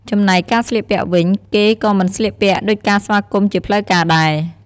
ចំណែកការស្លៀកពាក់វិញ គេក៏មិនស្លៀកពាក់ដូចការស្វាគមន៍ជាផ្លូវការដែរ។